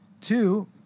Two